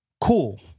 Cool